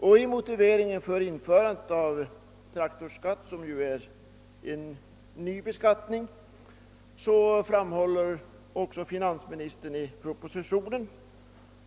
Som motivering för införandet av traktorskatt — som ju är en ny beskattningsform — framhåller finansministern i propositionen